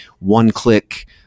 one-click